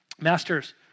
Masters